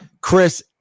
chris